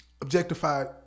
objectified